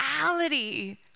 reality